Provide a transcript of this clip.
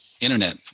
internet